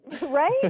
Right